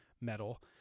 metal